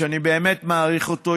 שאני באמת מעריך אותו,